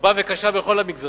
רבה וקשה בכל המגזרים.